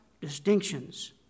distinctions